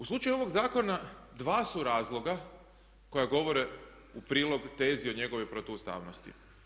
U slučaju ovog zakona dva su razloga koja govore u prilog tezi o njegovoj protuustavnosti.